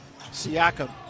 Siakam